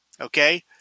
Okay